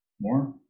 More